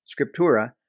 scriptura